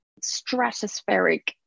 stratospheric